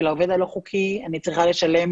ולעובד הלא חוקי, אני צריכה לשלם